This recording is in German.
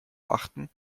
achten